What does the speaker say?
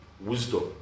Wisdom